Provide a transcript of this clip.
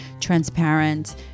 transparent